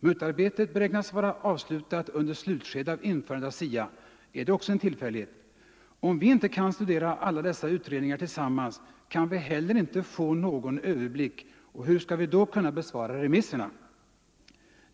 MUT-arbetet beräknas vara avslutat under slutskedet av införandet av SIA, är det också en tillfällighet? Om vi inte kan studera alla dessa utredningar tillsammans kan vi inte heller få någon överblick, och hur ska vi då kunna besvara remisserna?